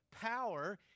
power